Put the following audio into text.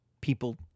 people